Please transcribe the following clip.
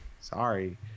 sorry